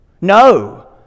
No